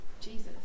Jesus